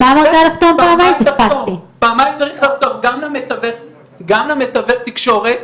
גם למתווך תקשורת,